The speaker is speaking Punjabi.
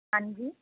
ਹਾਂਜੀ